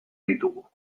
ditugu